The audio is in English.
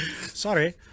Sorry